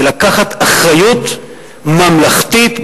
ולקחת אחריות ממלכתית,